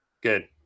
Good